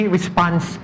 Response